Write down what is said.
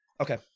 Okay